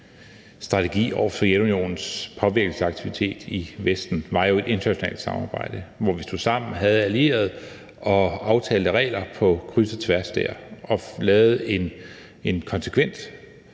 strategi over for Sovjetunionens påvirkningsaktivitet i Vesten, var jo et internationalt samarbejde, hvor vi stod sammen, havde allierede og aftalte regler på kryds og tværs, og vi lavede en konsekvent